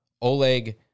Oleg